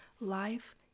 Life